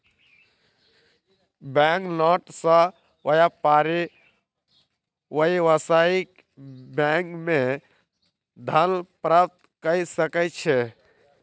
bank note सॅ व्यापारी व्यावसायिक बैंक मे धन प्राप्त कय सकै छै